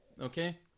okay